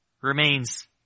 remains